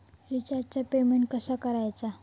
रिचार्जचा पेमेंट कसा करायचा?